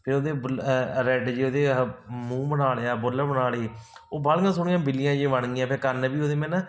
ਫਿਰ ਉਹਦੇ ਬੁੱਲ ਰੈਡ ਜੇ ਉਹਦੇ ਆਹ ਮੂੰਹ ਬਣਾ ਲਿਆ ਬੁੱਲ ਬਣਾ ਲਏ ਉਹ ਬਾਹਲੀਆਂ ਸੋਹਣੀਆਂ ਬਿੱਲੀਆਂ ਜਿਹੀਆ ਬਣ ਗਈਆ ਕੰਨ ਵੀ ਉਹਦੇ ਮੈਂ ਨਾ